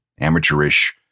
amateurish